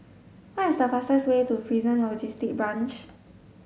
what is the fastest way to Prison Logistic Branch